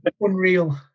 unreal